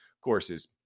courses